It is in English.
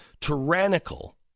tyrannical